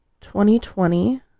2020